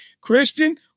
christian